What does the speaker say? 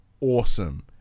awesome